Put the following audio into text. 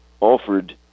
offered